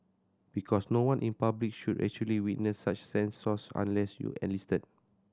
because no one in public should actually witness such scenes Source Unless you're enlisted